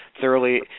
thoroughly